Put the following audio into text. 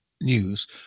news